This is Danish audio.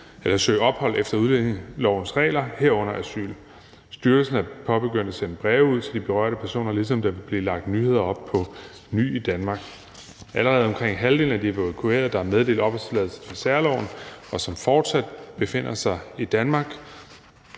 til at søge opholdstilladelse efter udlændingelovens regler, herunder asyl. Styrelsen er begyndt at sende breve ud til de berørte personer, ligesom der vil blive lagt nyheder op på nyidanmark.dk. Omkring halvdelen af de evakuerede, der er blevet meddelt opholdstilladelse efter særloven, og som fortsat befinder sig i Danmark,